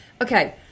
Okay